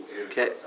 Okay